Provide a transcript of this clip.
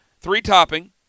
three-topping